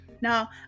Now